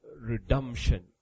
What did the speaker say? redemption